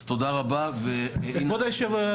אז תודה רבה ואינה תפרט.